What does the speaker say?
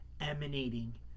emanating